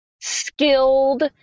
skilled